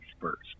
first